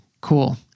Cool